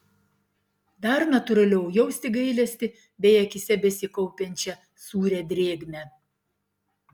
dar natūraliau jausti gailestį bei akyse besikaupiančią sūrią drėgmę